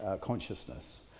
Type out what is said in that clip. consciousness